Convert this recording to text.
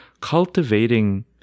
cultivating